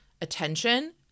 attention